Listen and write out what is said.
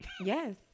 yes